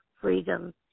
freedom